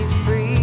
free